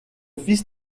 fils